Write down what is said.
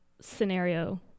scenario